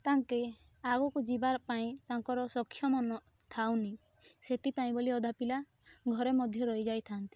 ତାଙ୍କେ ଆଗକୁ ଯିବାର ପାଇଁ ତାଙ୍କର ସକ୍ଷମ ଥାଉନି ସେଥିପାଇଁ ବୋଲି ଅଧା ପିଲା ଘରେ ମଧ୍ୟ ରହି ଯାଇଥାନ୍ତି